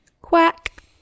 quack